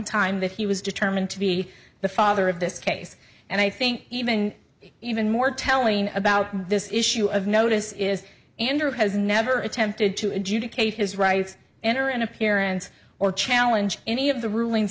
time that he was determined to be the father of this case and i think even even more telling about this issue of notice is andrew has never attempted to adjudicate his rights enter an appearance or challenge any of the rulin